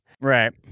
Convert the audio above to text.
right